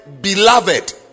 beloved